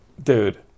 Dude